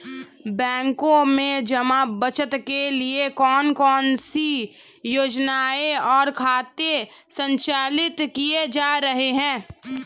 बैंकों में जमा बचत के लिए कौन कौन सी योजनाएं और खाते संचालित किए जा रहे हैं?